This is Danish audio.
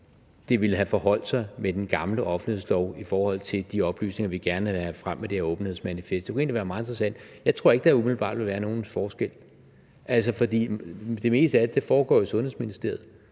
det ville have forholdt sig med den gamle offentlighedslov i forhold til de oplysninger, vi gerne vil have frem med det her åbenhedsmanifest. Det kunne egentlig være meget interessant. Jeg tror umiddelbart ikke, at der ville være nogen forskel, for det meste af det foregår jo i Sundheds- og Ældreministeriet,